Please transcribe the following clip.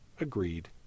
agreed